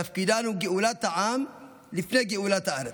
תפקידן הוא גאולת העם לפני גאולת הארץ.